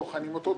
בוחנים אותו,